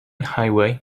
highway